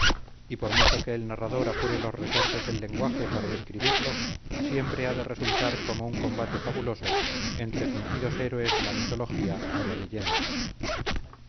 y por mucho que el narrador apure los resortes del lenguaje para describirlo siempre ha de resultar como un combate fabuloso entre fingidos héroes de la mitología o la leyenda